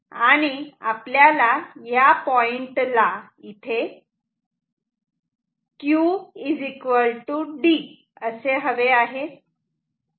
आणि आपल्याला या पॉइंटला Q D असे हवे आहे